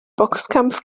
boxkampf